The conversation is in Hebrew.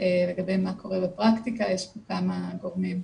לגבי מה קורה בפרקטיקה יש פה כמה גורמים.